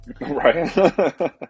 Right